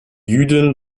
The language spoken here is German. jüdin